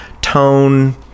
tone